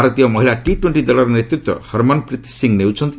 ଭାରତୀୟ ମହିଳା T twenty ଦଳର ନେତୃତ୍ୱ ହର୍ମନ୍ପ୍ରୀତ ସିଂ ନେଉଛନ୍ତି